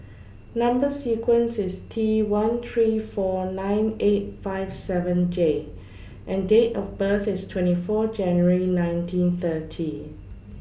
Number sequence IS T one three four nine eight five seven J and Date of birth IS twenty four January nineteen thirty